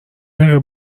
دقیقه